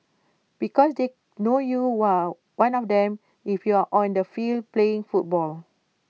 because they know you are one of them if you are on the field playing football